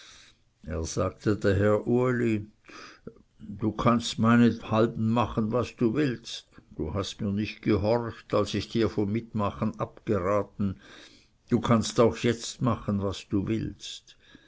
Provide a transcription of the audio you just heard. er sagte daher uli du kannst meinethalben machen was du willst du hast mir nicht gehorcht als ich dir von dem mitmachen abgeraten du kannst jetzt auch machen was du willst